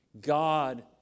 God